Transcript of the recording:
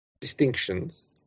distinctions